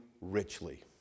richly